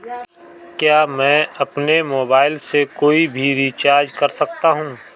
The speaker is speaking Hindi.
क्या मैं अपने मोबाइल से कोई भी रिचार्ज कर सकता हूँ?